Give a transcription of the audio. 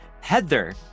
Heather